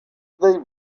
they